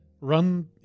run